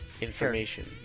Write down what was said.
information